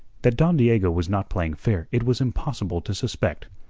that don diego was not playing fair it was impossible to suspect.